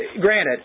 Granted